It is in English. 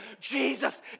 Jesus